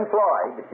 Floyd